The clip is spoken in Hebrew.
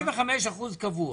35% קבוע.